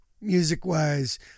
music-wise